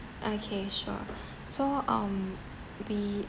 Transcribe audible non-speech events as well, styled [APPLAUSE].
okay sure [BREATH] so um we